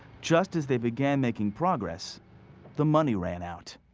just as they began making progress the money ran out.